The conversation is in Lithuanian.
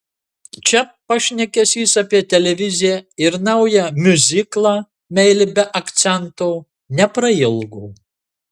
čia pašnekesys apie televiziją ir naują miuziklą meilė be akcento neprailgo